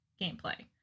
gameplay